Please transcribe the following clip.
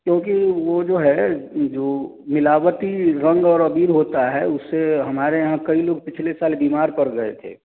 क्योंकि वो जो है जो मिलावटी रंग और अबीर होता है उससे हमारे यहाँ कई लोग पिछले साल बीमार पड़ गए थे